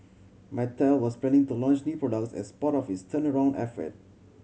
mattel was planning to launch new products as part of its turnaround effort